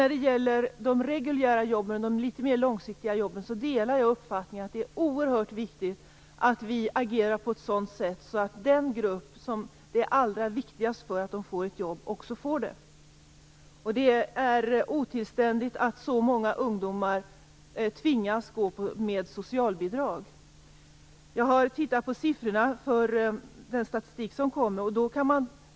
När det gäller de reguljära och litet mer långsiktiga jobben delar jag uppfattningen att det är oerhört viktigt att vi agerar på ett sådant sätt att den grupp som det är mest angeläget för att få ett jobb också får det. Det är otillständigt att så många ungdomar tvingas att leva på socialbidrag. Jag har sett på den statistik som har kommit.